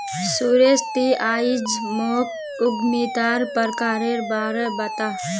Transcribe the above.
सुरेश ती आइज मोक उद्यमितार प्रकारेर बा र बता